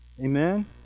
amen